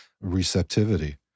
receptivity